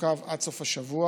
תורכב עד סוף השבוע,